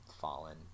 fallen